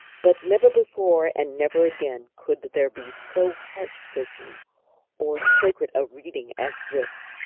but never before and never again could there be so heart-searching or sacred a reading as this,